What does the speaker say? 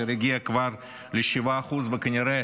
אשר כבר הגיע ל-7% וכנראה